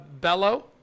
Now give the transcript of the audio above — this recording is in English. Bello